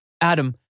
Adam